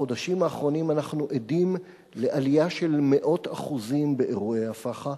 בחודשים האחרונים אנחנו עדים לעלייה של מאות אחוזים באירועי הפח"ע.